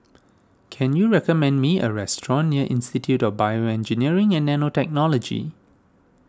can you recommend me a restaurant near Institute of BioEngineering and Nanotechnology